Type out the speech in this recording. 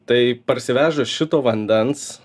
taip parsivežus šito vandens